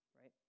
right